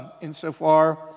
insofar